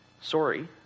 Sorry